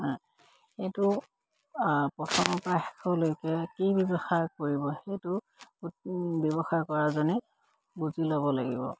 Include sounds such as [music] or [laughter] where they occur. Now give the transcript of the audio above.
এইটো প্ৰথম [unintelligible] কি ব্যৱসায় কৰিব সেইটো ব্যৱসায় কৰাজনে বুজি ল'ব লাগিব